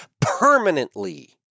permanently